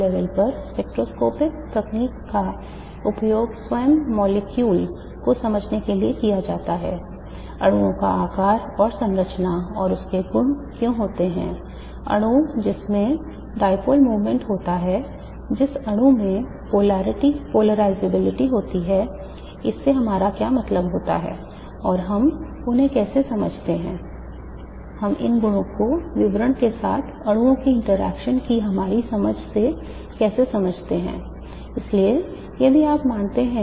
लेकिन स्पेक्ट्रोस्कोपिक तकनीकों का उपयोग दिन प्रतिदिन के आधार पर किया जाता है उदाहरण के लिए एमआरआई यह आपके लिए एक प्रसिद्ध उदाहरण है एक्स रे आपके लिए एक और प्रसिद्ध उदाहरण है l सबसे प्राथमिक स्तर की पहचान इत्यादि कर सकते हैं